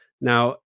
Now